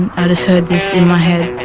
and i just heard this, in my head,